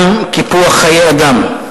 גם קיפוח חיי אדם,